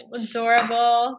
adorable